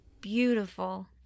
beautiful